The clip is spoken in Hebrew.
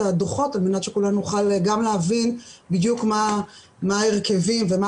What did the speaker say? הדוחות על מנת שכולנו נוכל גם להבין מה ההרכבים ומה